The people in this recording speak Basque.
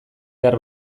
behar